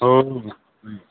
औ